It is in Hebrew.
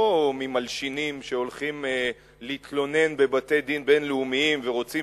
לא ממלשינים שהולכים להתלונן בבתי-דין בין-לאומיים ורוצים